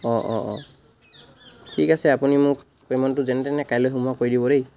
অঁ অঁ অঁ ঠিক আছে আপুনি মোক পে'মেণ্টটো যেনে তেনে কাইলৈ সোমোৱা কৰি দিব দেই